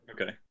okay